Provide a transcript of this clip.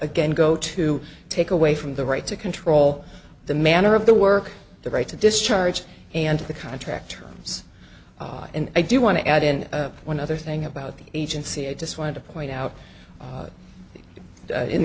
again go to take away from the right to control the manner of their work the right to discharge and the contract terms and i do want to add in one other thing about the agency i just wanted to point out